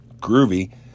groovy